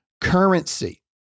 currency